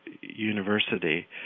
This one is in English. University